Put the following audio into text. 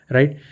Right